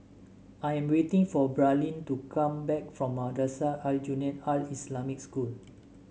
I am waiting for Braelyn to come back from Madrasah Aljunied Al Islamic School